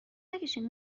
نکشین